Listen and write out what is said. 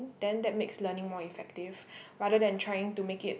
then that makes learning more effectively rather than trying to make it